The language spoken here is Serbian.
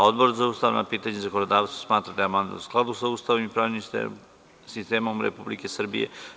Odbor za ustavna pitanja i zakonodavstvo smatra da je amandman u skladu sa Ustavom i pravnim sistemom Republike Srbije.